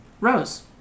Rose